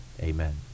amen